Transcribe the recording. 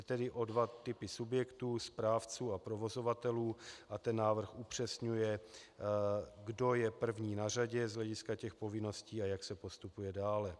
Jde tedy o dva typy subjektů správců a provozovatelů a ten návrh upřesňuje, kdo je první na řadě z hlediska povinností a jak se postupuje dále.